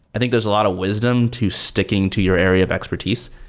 i think there's a lot of wisdom to sticking to your area of expertise.